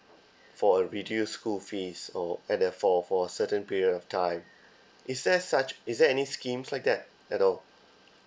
for a reduced school fees or and uh for for certain period of time is there such is there any schemes like that at all